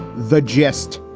the gist.